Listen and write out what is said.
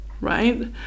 right